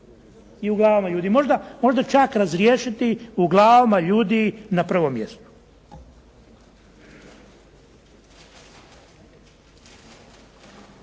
i u glavama ljudi. Možda čak razriješiti u glavama ljudi na prvom mjestu.